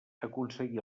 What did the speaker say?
aconseguí